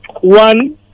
one